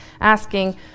asking